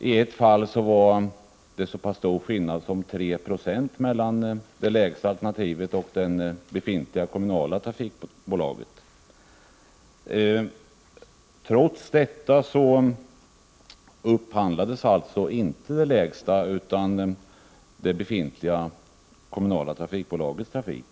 I ett fall var det så pass stor skillnad som 3 96 mellan alternativet med det lägsta priset och det befintliga kommunala trafikbolaget. Trots detta upphandlades inte alternativet med det lägsta priset, utan det befintliga kommunala trafikbolagets trafik.